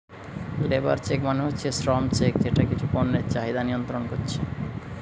labour check মানে হচ্ছে শ্রম চেক যেটা কিছু পণ্যের চাহিদা নিয়ন্ত্রণ কোরছে